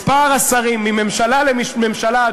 מספר השרים מממשלה לממשלה,